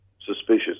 suspicious